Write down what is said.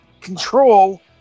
control